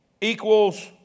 equals